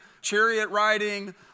chariot-riding